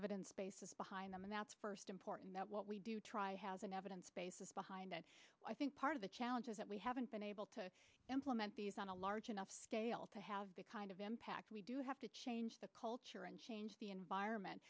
evidence basis behind them and that's first important that what we do try has an evidence basis behind that i think part of the challenges that we haven't been able to implement these on a large enough scale to have big impact we do have to change the culture and change the environment